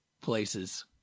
places